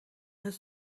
has